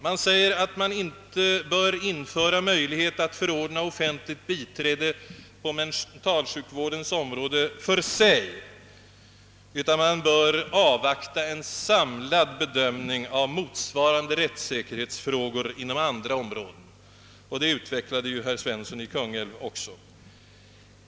Man säger att man inte bör införa möjlighet att förordna offentligt biträde på mentalsjukvårdens område för sig utan man bör avvakta en samlad bedömning av motsvarande rättssäkerhetsfrågor inom andra områden, en uppfattning som också herr Svensson i Kungälv utvecklade.